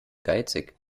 geizig